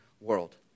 world